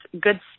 good